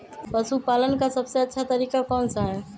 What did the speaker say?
पशु पालन का सबसे अच्छा तरीका कौन सा हैँ?